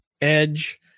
edge